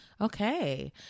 Okay